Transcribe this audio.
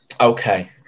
Okay